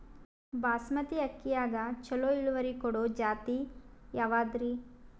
ಬಾಸಮತಿ ಅಕ್ಕಿಯಾಗ ಚಲೋ ಇಳುವರಿ ಕೊಡೊ ಜಾತಿ ಯಾವಾದ್ರಿ?